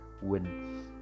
win